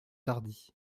tardy